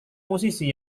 musisi